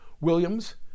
Williams